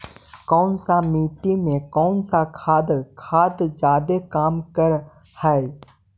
कौन सा मिट्टी मे कौन सा खाद खाद जादे काम कर हाइय?